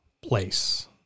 place